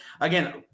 Again